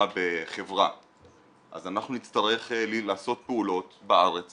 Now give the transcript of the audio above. בחברה אז אנחנו נצטרך לעשות פעולות בארץ